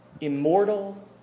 immortal